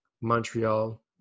Montreal